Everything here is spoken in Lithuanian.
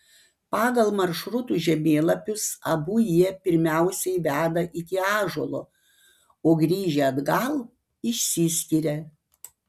pagal maršrutų žemėlapius abu jie pirmiausiai veda iki ąžuolo o grįžę atgal išsiskiria